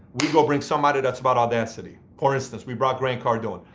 we go bring somebody that's about audacity. for instance, we brought grant cardone.